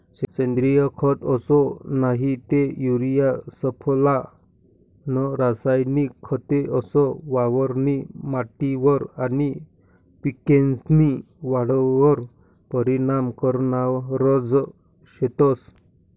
सेंद्रिय खत असो नही ते युरिया सुफला नं रासायनिक खते असो वावरनी माटीवर आनी पिकेस्नी वाढवर परीनाम करनारज शेतंस